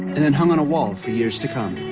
then hung on a wall for years to come